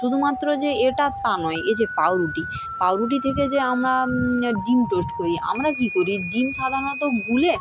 শুধুমাত্র যে এটা তা নয় এই যে পাউরুটি পাউরুটি থেকে যে আমরা ডিম টোস্ট করি আমরা কী করি ডিম সাধারণত গুলে